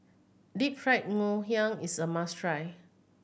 Deep Fried Ngoh Hiang is a must try